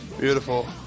Beautiful